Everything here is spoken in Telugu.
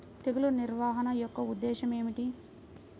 తెగులు నిర్వహణ యొక్క ఉద్దేశం ఏమిటి?